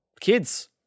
kids